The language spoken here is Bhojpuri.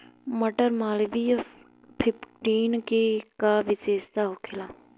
मटर मालवीय फिफ्टीन के का विशेषता होखेला?